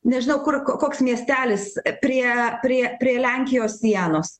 nežinau kur ko koks miestelis prie prie prie lenkijos sienos